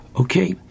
Okay